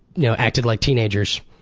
you know, acted like teenagers.